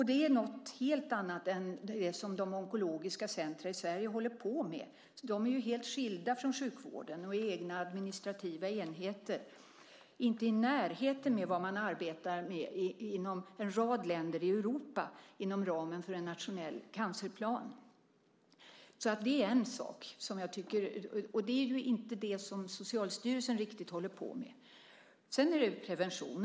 Det är något helt annat än det som onkologiska centrum i Sverige håller på med. De är helt skilda från sjukvården och egna administrativa enheter, inte i närheten av vad man arbetar med i en rad länder i Europa inom ramen för en nationell cancerplan. Det är en sak, och det är inte det som Socialstyrelsen håller på med. Sedan är det fråga om prevention.